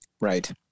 right